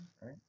right